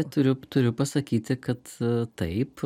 turiu turiu pasakyti kad taip